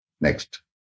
Next